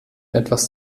etwas